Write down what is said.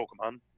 Pokemon